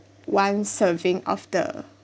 one serving of the